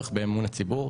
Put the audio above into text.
הצורך באמון הציבור.